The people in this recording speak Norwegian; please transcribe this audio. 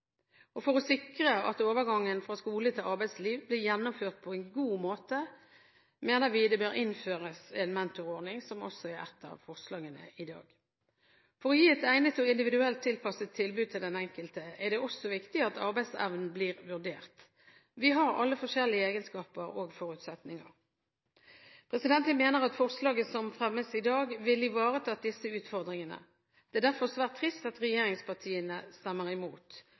samfunnet. For å sikre at overgangen fra skole til arbeidsliv blir gjennomført på en god måte mener vi det bør innføres en mentorordning, som også er et av forslagene i dag. For å gi et egnet og individuelt tilpasset tilbud til den enkelte er det også viktig at arbeidsevnen blir vurdert. Vi har alle forskjellige egenskaper og forutsetninger. Jeg mener at forslaget som fremmes i dag, ville ivaretatt disse utfordringene. Det er derfor svært trist at regjeringspartiene stemmer